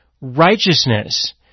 righteousness